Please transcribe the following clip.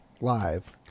live